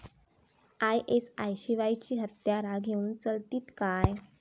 ISI शिवायची हत्यारा घेऊन चलतीत काय?